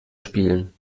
spielen